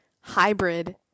hybrid